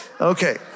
Okay